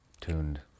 tuned